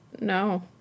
No